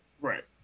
right